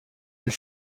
elle